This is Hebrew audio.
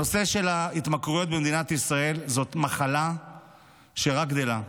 הנושא של התמכרויות במדינת ישראל זאת מחלה שרק גדלה.